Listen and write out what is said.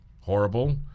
horrible